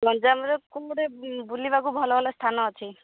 ଗଞ୍ଜାମରେ କ'ଣ ଗୋଟେ ବୁଲିବାକୁ ଭଲ ଭଲ ସ୍ଥାନ ଅଛି